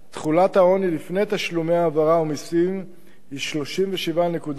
תחולת העוני לפני תשלומי העברה ומסים היא 37.8%,